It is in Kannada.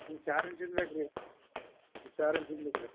ಹ್ಞೂ ಚಾರ್ ಇಂಚಿಂದು ಬೇಕು ರೀ ಚಾರ್ ಇಂಚಿಂದು ಬೇಕು ರೀ